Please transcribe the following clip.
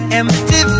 empty